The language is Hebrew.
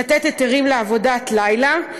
לתת היתרים לעבודת לילה.